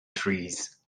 trees